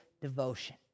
Devotion